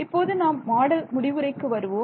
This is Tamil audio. இப்போது நாம் மாடல் முடிவுரைக்கு வருவோம்